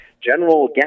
General